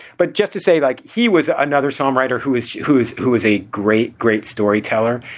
but just to say, like he was another songwriter who is who is who is a great, great storyteller.